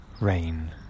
Rain